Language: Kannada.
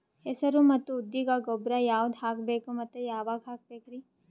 ಹೆಸರು ಮತ್ತು ಉದ್ದಿಗ ಗೊಬ್ಬರ ಯಾವದ ಹಾಕಬೇಕ ಮತ್ತ ಯಾವಾಗ ಹಾಕಬೇಕರಿ?